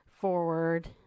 forward